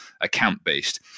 account-based